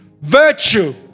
virtue